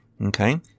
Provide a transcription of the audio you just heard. Okay